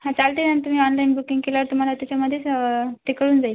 हां चालते नं तुम्ही ऑनलाईन बुकिंग केल्यावर तुम्हाला त्याच्यामध्येच ते कळून जाईल